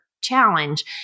challenge